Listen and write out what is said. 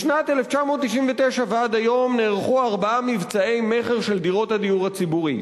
משנת 1999 ועד היום נערכו ארבעה מבצעי מכר של דירות הדיור הציבורי,